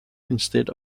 instead